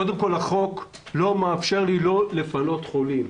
קודם כול, החוק לא מאפשר לי לא לפנות חולים.